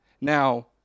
Now